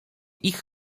ich